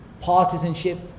partisanship